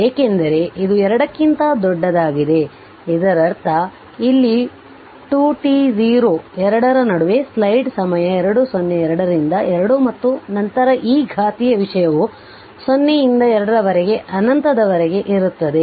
ಏಕೆಂದರೆ ಅದು 2 ಕ್ಕಿಂತ ದೊಡ್ಡದಾಗಿದೆ ಇದರರ್ಥ ಇಲ್ಲಿ 2 t0 2 ರ ನಡುವೆ ಸ್ಲೈಡ್ ಸಮಯ 2 0 2 ರಿಂದ 2 ಮತ್ತು ನಂತರ ಈ ಘಾತೀಯ ವಿಷಯವು 0 ರಿಂದ 2 ರವರೆಗೆ ಅನಂತದವರೆಗೆ ಇರುತ್ತದೆ